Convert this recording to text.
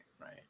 right